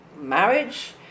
marriage